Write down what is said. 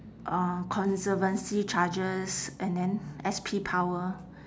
uh conservancy charges and then S_P power